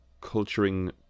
culturing